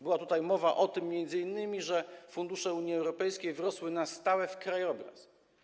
Była tutaj mowa o tym m.in., że fundusze Unii Europejskiej wrosły na stałe w krajobraz.